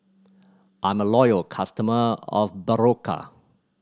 I'm a loyal customer of Berocca